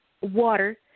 Water